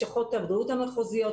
לשכות הבריאות המחוזיות,